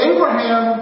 Abraham